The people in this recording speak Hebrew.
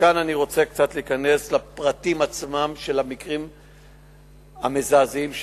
מכאן אני רוצה קצת להיכנס לפרטים עצמם של המקרים המזעזעים שהיו.